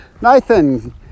Nathan